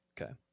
Okay